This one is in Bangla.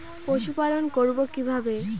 পশুপালন করব কিভাবে?